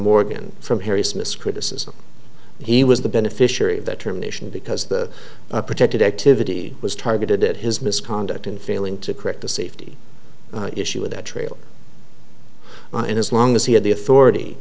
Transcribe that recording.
morgan from harry smith's criticism he was the beneficiary of that terminations because that protected activity was targeted at his misconduct in failing to correct the safety issue with that trail and as long as he had the authority